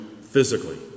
physically